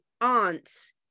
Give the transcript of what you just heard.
aunts